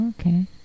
okay